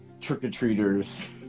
trick-or-treaters